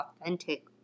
authentic